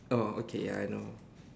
oh okay ya I know